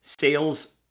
sales